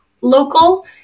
local